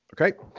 Okay